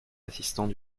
assistants